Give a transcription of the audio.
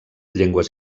llengües